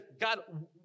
God